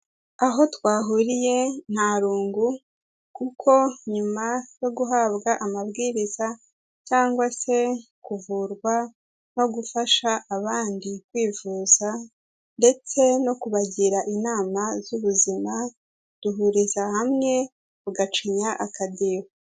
Aho twahuriye nta rungu kuko nyuma yo guhabwa amabwiriza cyangwa se kuvurwa no gufasha abandi kwivuza ndetse no kubagira inama z'ubuzima, duhuriza hamwe tugacinya akadiho.